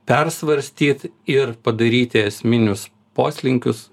persvarstyt ir padaryti esminius poslinkius